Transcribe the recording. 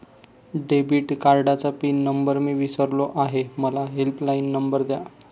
debit कार्डचा pin number मी विसरलो आहे मला हेल्पलाइन नंबर द्या